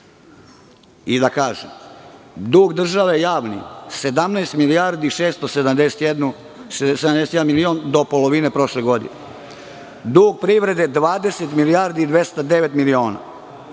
I, da kažem, dug države javni, 17 milijardi 671 milion do polovine prošle godine. Dug privrede 20 milijardi i 209 miliona,